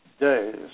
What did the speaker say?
days